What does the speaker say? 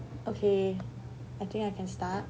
okay I think I can start